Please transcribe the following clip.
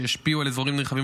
שהשפיעו על אזורים נרחבים,